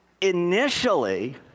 initially